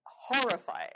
horrifying